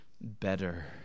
better